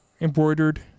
Embroidered